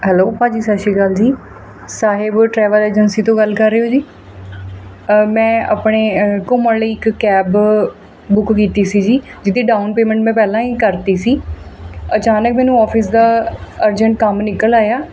hello ਭਾਅ ਜੀ ਸਤਿ ਸ਼੍ਰੀ ਅਕਾਲ ਜੀ ਸਾਹਿਬ ਟਰੈਵਲ ਏਜੰਸੀ ਤੋਂ ਗੱਲ ਕਰ ਰਹੇ ਹੋ ਜੀ ਮੈਂ ਆਪਣੇ ਘੁੰਮਣ ਲਈ ਇੱਕ ਕੈਬ ਬੁੱਕ ਕੀਤੀ ਸੀ ਜੀ ਜਿਹਦੀ ਡਾਊਨ ਪੇਮੈਂਟ ਮੈਂ ਪਹਿਲਾਂ ਹੀ ਕਰਤੀ ਸੀ ਅਚਾਨਕ ਮੈਨੂੰ ਔਫਿਸ ਦਾ ਅਰਜਟ ਕੰਮ ਨਿਕਲ ਆਇਆ